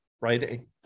right